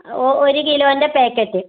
O ഒര് കിലോൻ്റെ packet